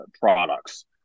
products